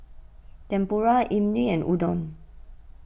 Tempura Imoni and Udon